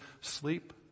sleep